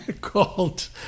called